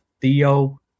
Theo